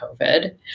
COVID